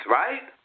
right